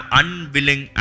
unwilling